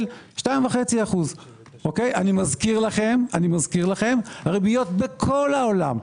2.5%. אני מזכיר לכם הריביות בכל העולם,